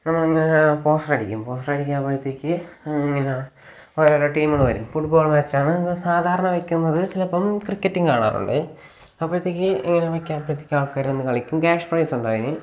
നമ്മൾ ഇങ്ങനെ പോസ്റ്റർ അടിക്കും പോസ്റ്ററടിക്കുമ്പോഴത്തേക്ക് ഇങ്ങനെ ഓരോരൊ ടീമുകൾ വരും ഫുട്ബോൾ മാച്ചാണ് സാധാരണ വെക്കുന്നത് ചിലപ്പം ക്രിക്കറ്റും കാണാറുണ്ട് അപ്പോഴത്തേക്ക് വെയ്ക്കും അപ്പോഴത്തേക്ക് ആൾക്കാര് വന്ന് കളിക്കും ക്യാഷ് പ്രൈസ് ഉണ്ടിതിന്